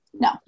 No